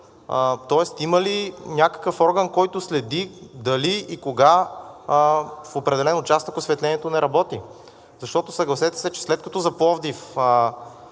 Тоест има ли някакъв орган, който следи дали и кога в определен участък осветлението не работи? Защото, съгласете се, че след като за Пловдив